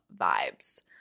vibes